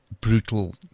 brutal